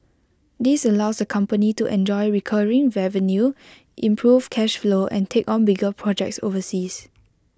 this allows the company to enjoy recurring revenue improve cash flow and take on bigger projects overseas